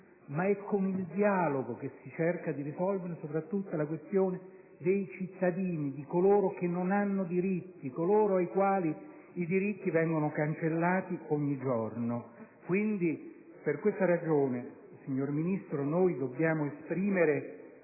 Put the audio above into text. ma con il dialogo che si cerca di risolvere la questione dei cittadini, di coloro che non hanno diritti, di coloro ai quali i diritti vengono cancellati ogni giorno. È per questa ragione, signor Ministro, che dobbiamo esprimere